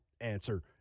answer